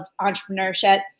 entrepreneurship